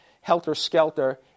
helter-skelter